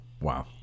Wow